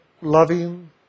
loving